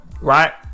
Right